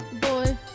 boy